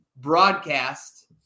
broadcast